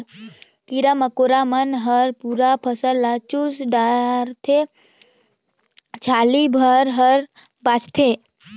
कीरा मकोरा मन हर पूरा फसल ल चुस डारथे छाली भर हर बाचथे